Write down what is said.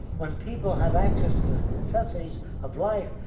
when people have access to the necessities of life,